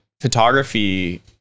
photography